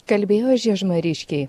kalbėjo žiežmariškiai